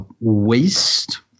waste